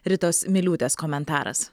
ritos miliūtės komentaras